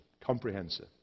Comprehensive